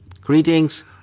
Greetings